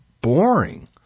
boring